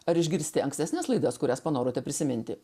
ar išgirsti ankstesnes laidas kurias panorote prisiminti